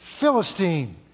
Philistine